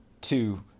two